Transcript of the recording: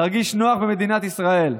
להרגיש נוח במדינת ישראל.